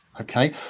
okay